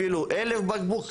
אפילו 1,000 בקבוק,